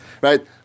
Right